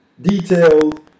detailed